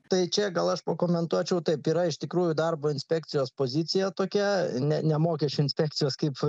tai čia gal aš pakomentuočiau taip yra iš tikrųjų darbo inspekcijos pozicija tokia ne ne mokesčių inspekcijos kaip